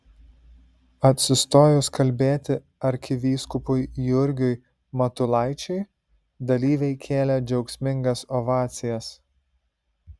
atsistojus kalbėti arkivyskupui jurgiui matulaičiui dalyviai kėlė džiaugsmingas ovacijas